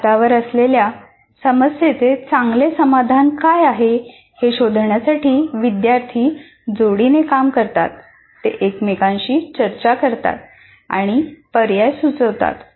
हातावर असलेल्या समस्येचे चांगले समाधान काय आहे हे शोधण्यासाठी विद्यार्थी जोडीने काम करतात ते एकमेकांशी चर्चा करतात आणि पर्याय सुचवतात